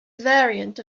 variant